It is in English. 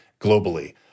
globally